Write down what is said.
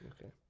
Okay